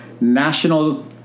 national